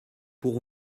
pour